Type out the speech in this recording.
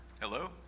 Hello